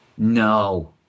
No